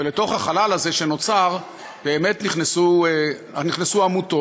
ולתוך החלל הזה שנוצר באמת נכנסו עמותות,